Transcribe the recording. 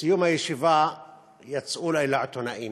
בסיום הישיבה יצאו לעיתונאים,